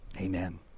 Amen